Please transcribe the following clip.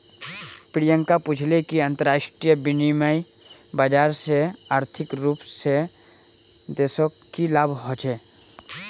प्रियंका पूछले कि अंतरराष्ट्रीय विनिमय बाजार से आर्थिक रूप से देशक की लाभ ह छे